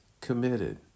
committed